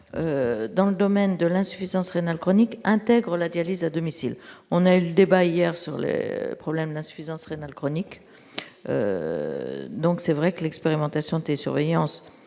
dans le domaine de l'insuffisance rénale chronique intègre la dialyse à domicile, on a eu le débat hier sur le problème, l'insuffisance rénale chronique, donc c'est vrai que l'expérimentation des surveillance